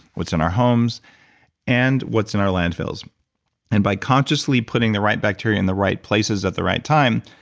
what's in our homes and what's in our landfills and by consciously putting the right bacteria in the right places at the right time,